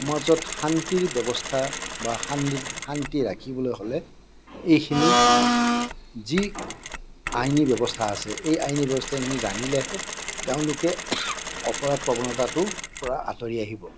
সমাজত শান্তিৰ ব্যৱস্থা বা শান্দি শান্তি ৰাখিবলৈ হ'লে এইখিনি যি আইনী ব্যৱস্থা আছে এই আইনী ব্যৱস্থাখিনি জানিলেহে তেওঁলোকে অপৰাধ প্ৰৱণতাটোৰপৰা আতৰি আহিব